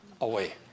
away